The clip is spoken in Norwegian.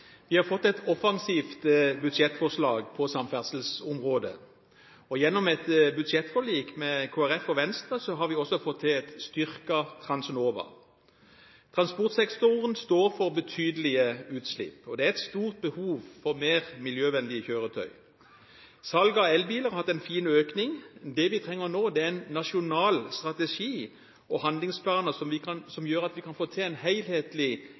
Vi har fått et offensivt budsjettforslag på samferdselsområdet. Gjennom et budsjettforlik med Kristelig Folkeparti og Venstre har vi også fått til et styrket Transnova. Transportsektoren står for betydelige utslipp, og det er et stort behov for mer miljøvennlige kjøretøy. Salget av elbiler har hatt en fin økning. Det vi trenger nå, er en nasjonal strategi og handlingsplaner som gjør at vi kan få til en helhetlig